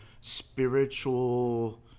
spiritual